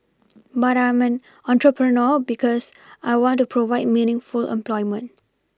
but I'm an entrepreneur because I want to provide meaningful employment